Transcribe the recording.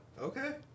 Okay